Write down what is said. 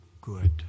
good